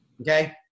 Okay